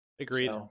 agreed